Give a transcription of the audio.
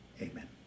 amen